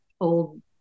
old